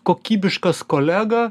kokybiškas kolega